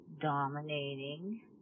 dominating